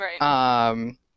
Right